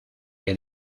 que